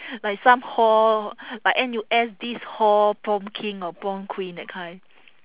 like some hall like N_U_S this hall prom king or prom queen that kind